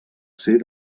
ser